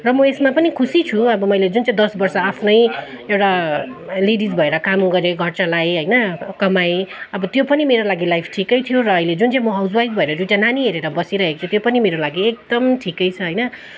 र म यसमा पनि खुसी छु अब मैले जुन चाहिँ दस वर्ष आफ्नै एउटा लेडिज भएर काम गरेँ घर चलाएँ होइन कमाएँ अब त्यो पनि मेरो लागि लाइफ ठिकै थियो र अहिले जुन चाहिँ म हाउसवाइफ भएर दुइटा नानी हेरेर बसिरहेको छु त्यो पनि मेरो लागि एकदम ठिकै छ होइन